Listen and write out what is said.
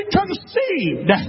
conceived